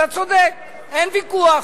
אתה צודק, אין ויכוח.